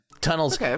Tunnels